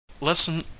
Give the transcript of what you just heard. lesson